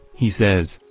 he says,